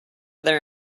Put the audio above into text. their